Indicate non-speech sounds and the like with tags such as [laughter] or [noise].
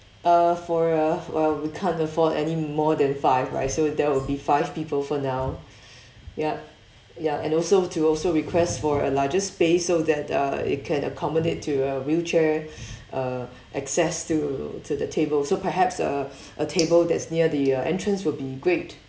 uh for a uh we can't afford any more than five right so that will be five people for now yup ya and also to also request for a larger space so that uh it can accommodate to a wheelchair [breath] uh access to to the table so perhaps uh a table that's near the uh entrance will be great